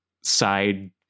side